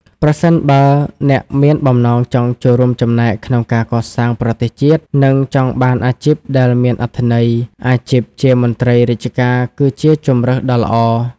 ប្រសិនបើអ្នកមានបំណងចង់ចូលរួមចំណែកក្នុងការកសាងប្រទេសជាតិ និងចង់បានអាជីពដែលមានអត្ថន័យ អាជីពជាមន្ត្រីរាជការគឺជាជម្រើសដ៏ល្អ។